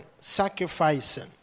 sacrificing